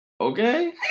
Okay